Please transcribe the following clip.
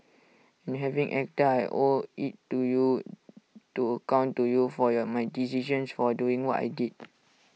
and having acted I owe IT to you to account to you for your my decisions for doing what I did